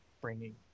bringing